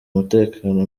umutekano